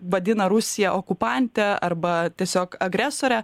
vadina rusiją okupante arba tiesiog agresore